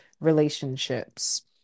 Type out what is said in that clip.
relationships